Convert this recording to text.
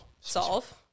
solve